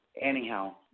Anyhow